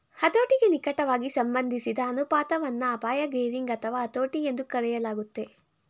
ಹತೋಟಿಗೆ ನಿಕಟವಾಗಿ ಸಂಬಂಧಿಸಿದ ಅನುಪಾತವನ್ನ ಅಪಾಯ ಗೇರಿಂಗ್ ಅಥವಾ ಹತೋಟಿ ಎಂದೂ ಕರೆಯಲಾಗುತ್ತೆ